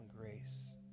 grace